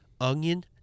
onion